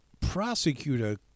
prosecutor